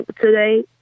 Today